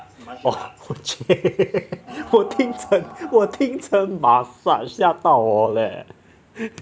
oh !chey! 我听成我听成 massage 吓到我 leh